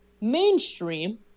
mainstream